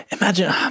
imagine